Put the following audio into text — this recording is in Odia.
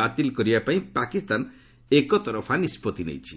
ବାତିଲ କରିବା ପାଇଁ ପାକିସ୍ତାନ ଏକ ତରଫା ନିଷ୍କଭି ନେଇଛି